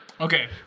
Okay